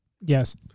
Yes